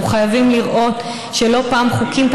אנחנו חייבים לראות שלא פעם חוקים פה